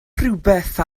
rhywbeth